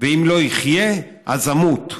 ואם לא אחיה, אז אמות.